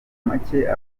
makeya